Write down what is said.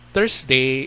Thursday